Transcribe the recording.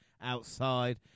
outside